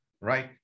right